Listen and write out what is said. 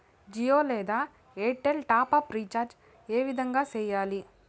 జియో లేదా Airtel top up recharge ఏ విధంగా సేయాలి